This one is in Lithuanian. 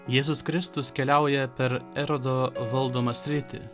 jėzus kristus keliauja per erodo valdomą sritį